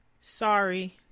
Sorry